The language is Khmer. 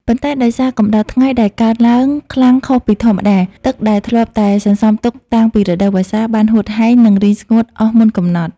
ប៉ុន្តែដោយសារកម្ដៅថ្ងៃដែលកើនឡើងខ្លាំងខុសពីធម្មតា ទឹកដែលធ្លាប់តែសន្សំទុកតាំងពីរដូវវស្សា បានហួតហែង និងរីងស្ងួតអស់មុនកំណត់។